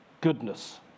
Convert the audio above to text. goodness